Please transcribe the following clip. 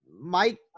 Mike